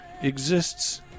exists